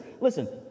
Listen